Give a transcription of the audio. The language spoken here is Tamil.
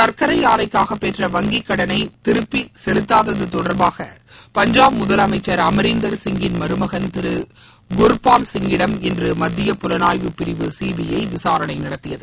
சர்க்கரை ஆலைக்காக பெற்ற வங்கி கடனை திருப்பி செலுத்தாதது தொடர்பாக பஞ்சாப் முதலமைச்சர் அமரிந்தர் சிங்கின் மருமகன் திரு குர்பால் சிங்கிடம் இன்று மத்திய புலனாய்வு பிரிவு சிபிஐ விசாரணை நடத்தியது